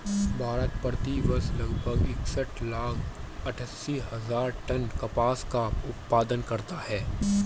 भारत, प्रति वर्ष लगभग इकसठ लाख अट्टठासी हजार टन कपास का उत्पादन करता है